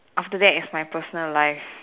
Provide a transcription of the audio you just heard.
after that it's my personal life